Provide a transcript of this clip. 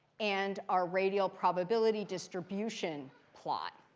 and our radial probability distribution plot.